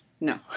No